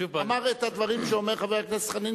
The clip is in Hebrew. אמר את הדברים שאומר חבר הכנסת חנין